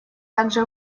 также